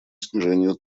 снижению